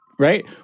Right